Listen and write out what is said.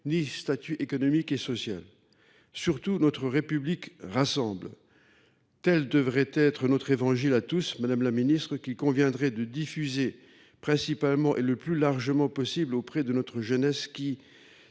ni statut économique et social. Surtout, notre République rassemble. Tel devrait être notre évangile à tous, madame la ministre. Il conviendrait de le diffuser le plus largement possible auprès de notre jeunesse, qui